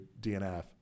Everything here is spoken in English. DNF